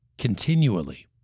Continually